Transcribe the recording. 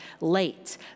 late